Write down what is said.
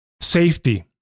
safety